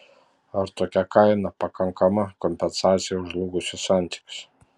ar tokia kaina pakankama kompensacija už žlugusius santykius